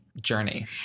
journey